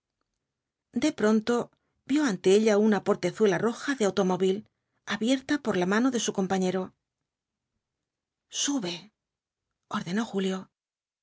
de pronto vio ante ella una portezuela roja de automóvil abierta por la mano de su compañero sube ordenó julio y